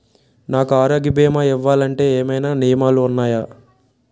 నాకు ఆరోగ్య భీమా ఇవ్వాలంటే ఏమైనా నియమాలు వున్నాయా?